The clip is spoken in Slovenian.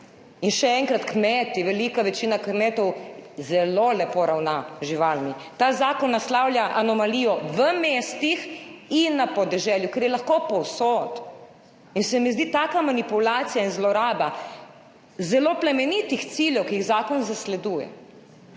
In še enkrat, kmeti, velika večina kmetov zelo lepo ravna z živalmi. Ta zakon naslavlja anomalijo v mestih in na podeželju, ker je ta lahko povsod. In se mi zdi taka manipulacija in zloraba zelo plemenitih ciljev, ki jih zakon zasleduje,